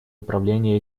управление